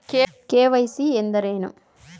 KYC ಎಂದರೇನು?